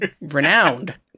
renowned